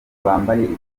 bambaye